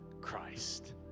Christ